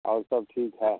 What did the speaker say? और सब ठीक है